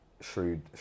shrewd